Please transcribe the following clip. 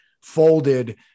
folded